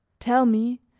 tell me,